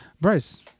Bryce